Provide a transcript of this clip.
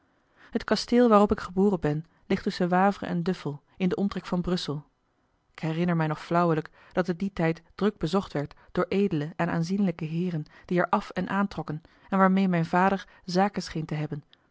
het kasteel waarop ik geboren ben ligt tusschen wavre en duffel in den omtrek van brussel ik herinner mij nog flauwelijk dat het dien tijd druk bezocht werd door edele en aanzienlijke heeren die er af en aantrokken en waarmeê mijn vader zaken scheen te hebben